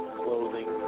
clothing